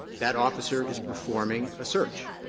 that officer is performing a search.